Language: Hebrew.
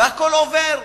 והכול עובר,